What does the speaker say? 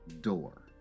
door